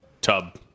Tub